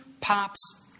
pops